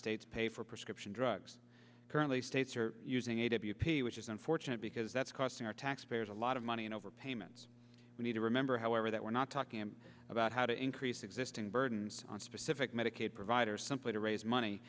states pay for prescription drugs currently states are using a w p which is unfortunate because that's costing our taxpayers a lot of money and over payments we need to remember however that we're not talking about how to increase existing burdens on specific medicaid providers simply to raise money